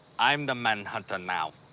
i'm the man hunter now.